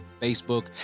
Facebook